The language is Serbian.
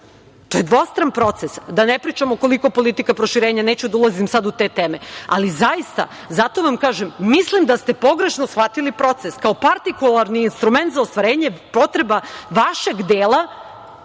To je dvostran proces. Da ne pričamo koliko politika proširenja, neću da ulazim sada u te teme. Ali, zaista, mislim da ste pogrešno shvatili proces kao partikularni instrument za ostvarenje potreba vašeg, da